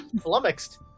flummoxed